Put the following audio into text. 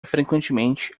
frequentemente